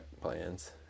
plans